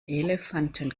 elefanten